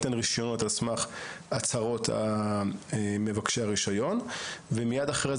כאן אנחנו ניתן רישיונות על סמך הצהרות מבקשי הרישיון ומיד אחר כך